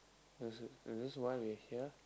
is it is this why we're here